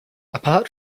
apart